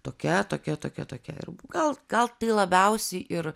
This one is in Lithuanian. tokia tokia tokia tokia ir gal gal tai labiausiai ir